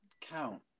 count